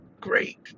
great